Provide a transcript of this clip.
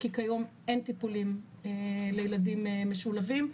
כי כיום אין טיפולים לילדים משולבים,